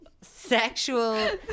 Sexual